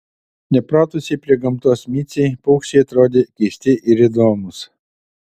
nepratusiai prie gamtos micei paukščiai atrodė keisti ir įdomūs